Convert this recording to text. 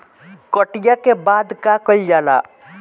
कटिया के बाद का कइल जाला?